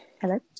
Hello